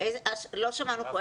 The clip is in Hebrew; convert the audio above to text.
לא שמענו פה.